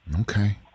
Okay